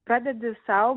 padedi sau